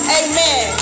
amen